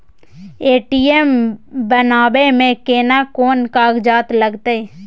ATM बनाबै मे केना कोन कागजात लागतै?